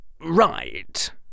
Right